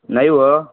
नाही हो